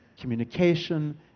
communication